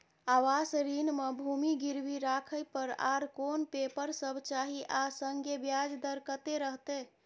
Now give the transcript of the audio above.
आवास ऋण म भूमि गिरवी राखै पर आर कोन पेपर सब चाही आ संगे ब्याज दर कत्ते रहते?